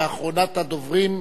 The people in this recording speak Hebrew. אחרונת הדוברים,